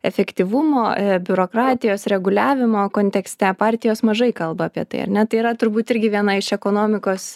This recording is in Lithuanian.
efektyvumo biurokratijos reguliavimo kontekste partijos mažai kalba apie tai ar ne tai yra turbūt irgi viena iš ekonomikos